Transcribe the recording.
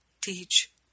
teach